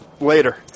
Later